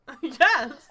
Yes